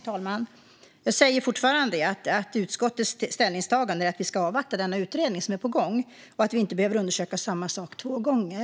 Herr talman! Jag säger fortfarande att utskottets ställningstagande är att vi ska avvakta den utredning som är på gång och att vi inte behöver undersöka samma sak två gånger.